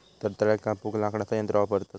रताळ्याक कापूक लाकडाचा यंत्र वापरतत